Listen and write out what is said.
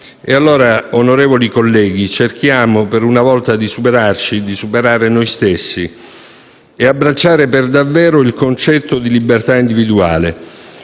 Allora, onorevoli colleghi, cerchiamo per una volta di superare noi stessi e di abbracciare per davvero il concetto di libertà individuale.